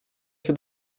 się